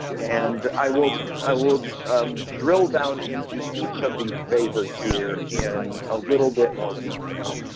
and i will i will drill down into each of these phases here in a little bit more detail.